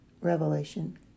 Revelation